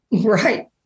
Right